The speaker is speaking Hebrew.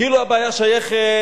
כאילו הבעיה שייכת